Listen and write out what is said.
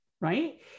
right